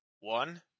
one